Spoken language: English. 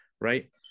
Right